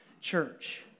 church